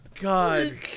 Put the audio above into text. god